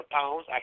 pounds